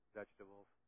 vegetables